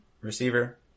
receiver